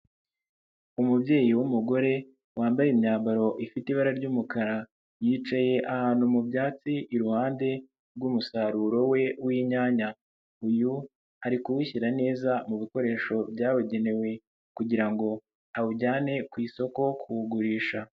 Umubyeyi w'umugore wambaye imyambaro ifite ibara ry'umukara, yicaye ahantu mu byatsi iruhande rw'umusaruro we w'inyanya, uyu ari kuwushyira neza mu bikoresho byabugenewe kugira ngo awujyane ku isoko kuwugurisha.